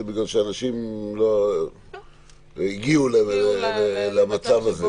זה בגלל שאנשים הגיעו למצב הזה,